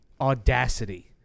audacity